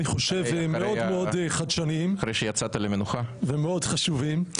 אני חושב, מאוד מאוד חדשניים ומאוד חשובים.